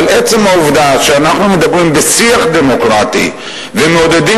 אבל עצם העובדה שאנחנו מדברים בשיח דמוקרטי ומעודדים